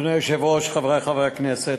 אדוני היושב-ראש, חברי חברי הכנסת,